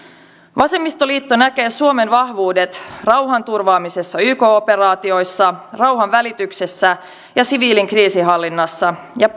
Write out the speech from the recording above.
vasemmistoliitto näkee suomen vahvuudet rauhanturvaamisessa yk operaatioissa rauhanvälityksessä ja siviilikriisinhallinnassa ja